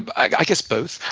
i guess both.